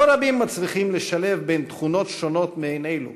לא רבים מצליחים לשלב תכונות שונות מעין אלו